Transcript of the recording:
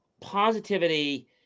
positivity